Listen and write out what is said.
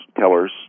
tellers